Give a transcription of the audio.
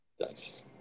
Nice